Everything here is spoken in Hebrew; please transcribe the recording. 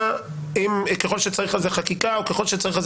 ככל שצריך אז החקיקה או ככל שצריך אז